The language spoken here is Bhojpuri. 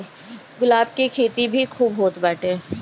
गुलाब के खेती भी खूब होत बाटे